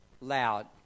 loud